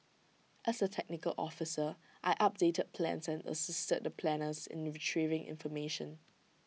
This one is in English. as A technical officer I updated plans and assisted the planners in retrieving information